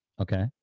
Okay